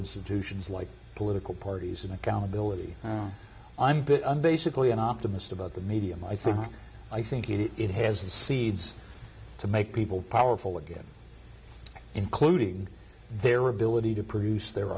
institutions like political parties and accountability i'm a bit and basically an optimist about the medium i think i think it is it has the seeds to make people powerful again including their ability to produce the